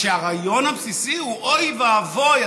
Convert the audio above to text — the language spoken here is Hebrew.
והרעיון הבסיסי הוא: אוי ואבוי,